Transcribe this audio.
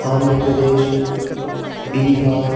Andhra Pradesh Bihar